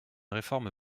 réforme